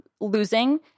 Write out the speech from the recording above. losing